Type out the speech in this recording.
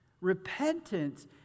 repentance